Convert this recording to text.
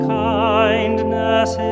kindness